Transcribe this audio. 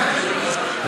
כל הכבוד,